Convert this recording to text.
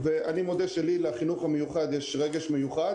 אני מודה שלחינוך המיוחד יש לי רגש מיוחד,